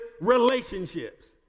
relationships